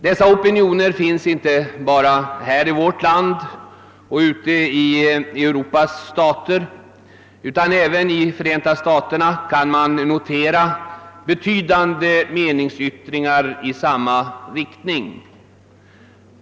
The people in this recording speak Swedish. Dessa opinioner finns inte bara här i vårt land och ute i Europas stater, utan även i Förenta staterna kan man notera betydande meningsyttringar i sam ma riktning.